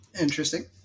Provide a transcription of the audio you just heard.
Interesting